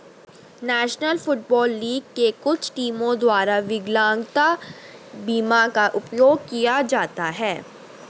national Football League में कुछ टीमों द्वारा विकलांगता बीमा का उपयोग किया जाता है